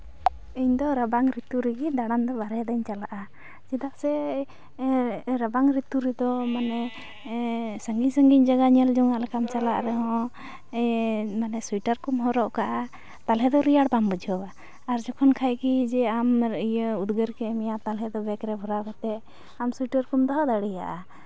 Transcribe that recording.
ᱤᱧ ᱫᱚ ᱨᱟᱵᱟᱝ ᱨᱤᱛᱩ ᱨᱮᱜᱮ ᱫᱟᱬᱟᱱ ᱫᱚ ᱵᱟᱨᱦᱮ ᱫᱩᱧ ᱪᱟᱞᱟᱜᱼᱟ ᱪᱮᱫᱟᱜ ᱥᱮ ᱨᱟᱵᱟᱝ ᱨᱤᱛᱩ ᱨᱮᱫᱚ ᱢᱟᱱᱮ ᱥᱟᱺᱜᱤᱧ ᱥᱟᱺᱜᱤᱧ ᱡᱟᱭᱜᱟ ᱧᱮᱞ ᱡᱚᱝᱟᱜ ᱞᱮᱠᱟᱢ ᱪᱟᱞᱟᱜ ᱨᱮᱦᱚᱸ ᱢᱟᱱᱮ ᱥᱳᱭᱴᱟᱨ ᱠᱚᱢ ᱦᱚᱨᱚᱜ ᱠᱟᱜᱼᱟ ᱛᱟᱞᱦᱮ ᱫᱚ ᱨᱮᱭᱟᱲ ᱵᱟᱢ ᱵᱩᱡᱷᱟᱹᱣᱟ ᱟᱨ ᱡᱚᱠᱷᱚᱱ ᱠᱷᱟᱱ ᱜᱮ ᱟᱢ ᱤᱭᱟᱹ ᱩᱫᱽᱜᱟᱹᱨ ᱠᱮᱫ ᱢᱮᱭᱟ ᱛᱟᱞᱦᱮ ᱫᱚ ᱵᱮᱜᱽ ᱨᱮ ᱵᱷᱚᱨᱟᱣ ᱠᱟᱛᱮᱫ ᱟᱢ ᱥᱩᱭᱴᱟᱨ ᱠᱚᱢ ᱫᱚᱦᱚ ᱫᱟᱲᱮᱭᱟᱜᱼᱟ